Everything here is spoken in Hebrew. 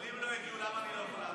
אבל אם לא הגיעו, למה אני לא יכול לעלות?